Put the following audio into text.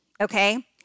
okay